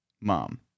mom